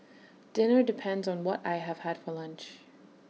dinner depends on what I have had for lunch